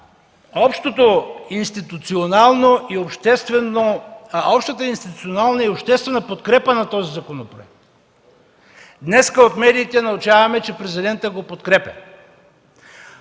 общата институционална и обществена подкрепа на този законопроект. Днес от медиите научаваме, че Президентът го подкрепя.